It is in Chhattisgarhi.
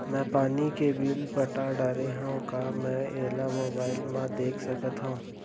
मैं पानी के बिल पटा डारे हव का मैं एला मोबाइल म देख सकथव?